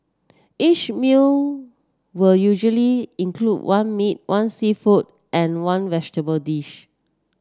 each meal will usually include one meat one seafood and one vegetable dish